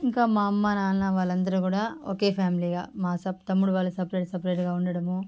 ఇంకా మా అమ్మ నాన్న వాళ్ళందరూ కూడా ఒకే ఫ్యామిలిగా మా సప్ తమ్ముడు వాళ్ళ సపరేట్ సపరేటుగా ఉండడము